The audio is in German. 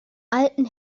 alten